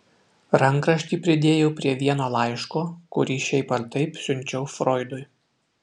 rankraštį pridėjau prie vieno laiško kurį šiaip ar taip siunčiau froidui